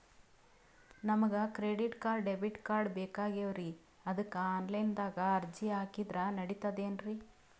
ನಮಗ credit card, debit card ಬೇಕಾಗ್ಯಾವ್ರೀ ಅದಕ್ಕ ಆನಲೈನದಾಗ ಅರ್ಜಿ ಹಾಕಿದ್ರ ನಡಿತದೇನ್ರಿ?